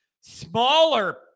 Smaller